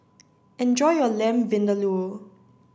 enjoy your Lamb Vindaloo